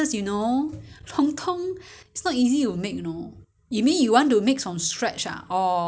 from the all the spices ah it's not eas~ it's not that difficult but you have to look at the recipe you know